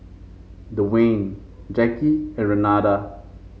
Dewayne Jacky and Renada